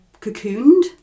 cocooned